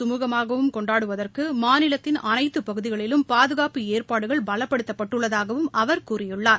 கமுகமாகவும் கொண்டாடுவதற்கு மாநிலத்தின் அனைத்து பகுதிகளிலும் பாதுகாப்பு ஏற்பாடுகள் பலப்படுத்தப்பட்டள்ளதாகவும் அவர் கூறியுள்ளார்